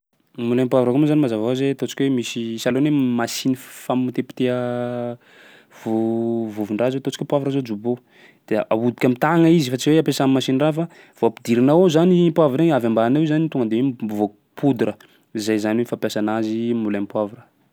Moulin poivre koa moa zany mazava hoazy hoe ataontsika hoe misy sahalan'ny hoe machine fi- famotipoteha vô- vovon-draha zao ataontsika hoe poivre zao jobo de ahodika am'tagna izy fa tsy hoe ampiasà masinin-draha fa vao ampidirinao ao zany i poivre igny avy ambany ao i zany tonga de igny mivoaky poudra, zay zany fampiasà anazy moulin poivre.